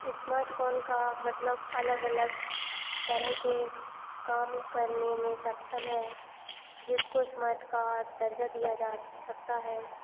smartphone का मतलब अलग अलग तरह के काम करने में सक्षम है जिसको स्मार्ट का दर्जा दिया जा सकता है